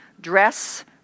dress